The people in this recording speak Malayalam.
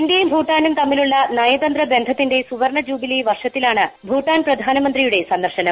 ഇന്ത്യയും ഭൂട്ടാനും തമ്മിലുളള നയതന്ത ബന്ധത്തിന്റെ സുവർണ ജൂബിലി വർഷത്തിലാണ് ഭൂട്ടാൻ പ്രധാനമന്തിയുടെ സന്ദർശനം